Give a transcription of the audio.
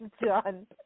Done